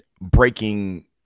Breaking